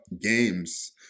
games